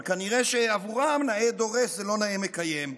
אבל כנראה שעבורם נאה דורש זה לא נאה מקיים.